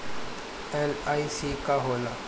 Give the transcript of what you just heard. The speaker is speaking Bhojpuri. एल.आई.सी का होला?